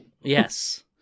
Yes